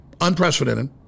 unprecedented